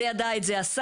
זה ידע את זה השר,